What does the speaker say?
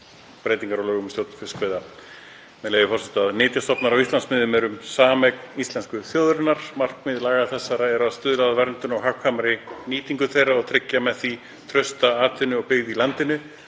breytingar á lögum um stjórn fiskveiða, með leyfi forseta: „Nytjastofnar á Íslandsmiðum eru sameign íslensku þjóðarinnar. Markmið laga þessara er að stuðla að verndun og hagkvæmri nýtingu þeirra og tryggja með því trausta atvinnu og byggð í landinu.